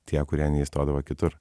tie kurie neįstodavo kitur